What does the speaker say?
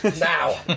now